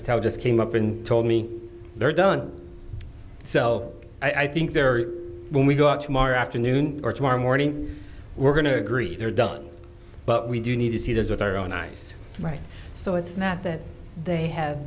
patel just came up and told me they're done so i think there when we go out tomorrow afternoon or tomorrow morning we're going to agree they're done but we do need to see this with our own eyes right so it's not that they have